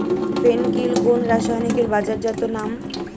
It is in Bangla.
ফেন কিল কোন রাসায়নিকের বাজারজাত নাম?